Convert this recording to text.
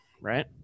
right